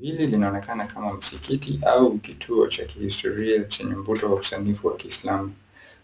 Hili linaonekana kama msikiti au kituo cha kihistoria, chenye mvuto wa usanifu wa kiislamu.